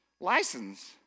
license